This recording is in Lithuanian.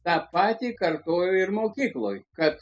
tą patį kartojo ir mokykloj kad